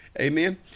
amen